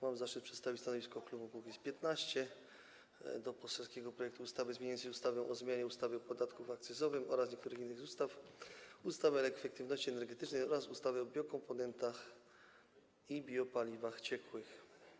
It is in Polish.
Mam zaszczyt przedstawić stanowisko klubu Kukiz’15 wobec poselskiego projektu ustawy zmieniającej ustawę o zmianie ustawy o podatku akcyzowym oraz niektórych innych ustaw, ustawę o efektywności energetycznej oraz ustawę o biokomponentach i biopaliwach ciekłych.